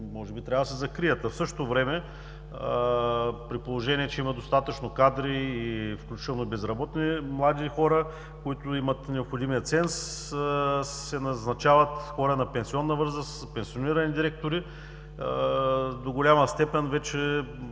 трябва да се закрият. А в същото време, при положение че има достатъчно кадри, включително и безработни млади хора, които имат необходимия ценз, се назначават хора на пенсионна възраст, пенсионирани директори. До голяма степен по